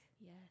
Yes